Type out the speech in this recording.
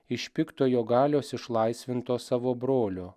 iš piktojo galios išlaisvinto savo brolio